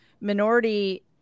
Minority